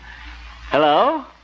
Hello